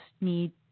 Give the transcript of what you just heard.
need